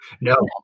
no